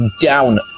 down